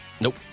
Nope